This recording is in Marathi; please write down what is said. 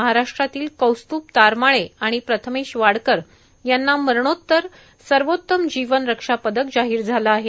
महाराष्ट्रातील कौस्तुभ तारमाळे आणि प्रथमेश वाडकर यांना मरणोत्तर सर्वोत्तम जीवन रक्षा पदक जाहीर झाला आहे